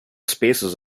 spaces